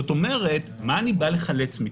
זאת אומרת מה אני בא לחלץ מכאן?